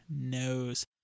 knows